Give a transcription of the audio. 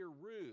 Ruth